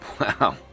Wow